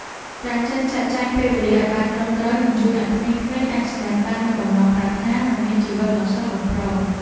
ការចេះចាត់ចែងពេលវេលាឱ្យបានត្រឹមត្រូវនឹងជួយឱ្យក្មេងៗអាចសម្រេចបាននូវបំណងប្រាថ្នានិងមានជីវិតដ៏ស្រស់បំព្រង។